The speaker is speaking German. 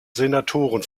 senatoren